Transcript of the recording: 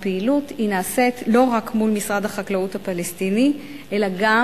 הפעילות נעשית לא רק מול משרד החקלאות הפלסטיני אלא גם